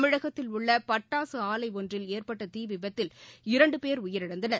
தமிழகத்தில் உள்ளபட்டாசுஆலைஒன்றில் ஏற்பட்டதீவிபத்தில் இரண்டுபோ் உயிரிழந்தனர்